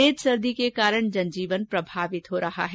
तेज सर्दी के कारण जनजीवन प्रभावित हो रहा है